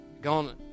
gone